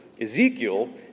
Ezekiel